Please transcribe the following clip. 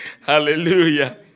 Hallelujah